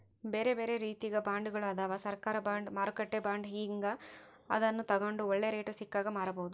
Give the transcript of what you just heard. ಬೇರೆಬೇರೆ ರೀತಿಗ ಬಾಂಡ್ಗಳು ಅದವ, ಸರ್ಕಾರ ಬಾಂಡ್, ಮಾರುಕಟ್ಟೆ ಬಾಂಡ್ ಹೀಂಗ, ಅದನ್ನು ತಗಂಡು ಒಳ್ಳೆ ರೇಟು ಸಿಕ್ಕಾಗ ಮಾರಬೋದು